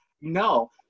no